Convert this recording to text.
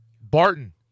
Barton